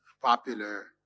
popular